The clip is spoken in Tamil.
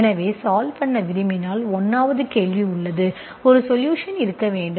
எனவே சால்வ் பண்ண விரும்பினால் 1 வது கேள்வி உள்ளது ஒரு சொலுஷன் இருக்க வேண்டும்